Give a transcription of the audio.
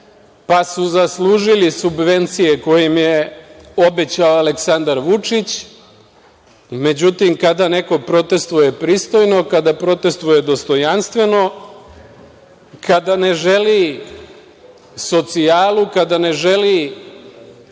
pa su zaslužili subvencije koje im je obećao Aleksandar Vučić? Međutim, kada neko protestuje pristojno, protestuje dostojanstveno, kada ne želi socijalu, kada ne želi